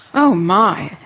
oh my!